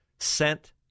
sent